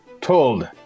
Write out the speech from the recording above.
told